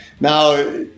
Now